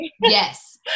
Yes